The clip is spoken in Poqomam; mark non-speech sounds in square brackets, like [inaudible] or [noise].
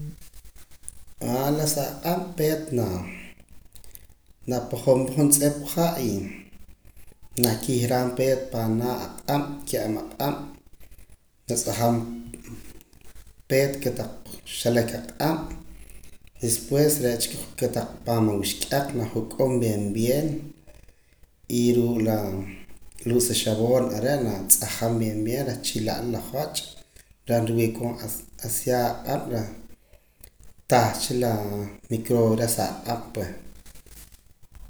[hesitation] la sa q'ab' peet na na pujuum pa juntz'ip ha' y na kihraam peet panaa aq'ab' ka'ab' aq'ab' na tzajaam peet kotaq xeleq aq'ab' después re' cha kotaq paam awixk'aq na juq'uum bien bien y ruu' la sa xapoon are' na tzajaam bien bien reh chi la la la joch' reh nriwi'koon aseado aq'ab' reh tah cha la microbio reh sa aq'ab' pue.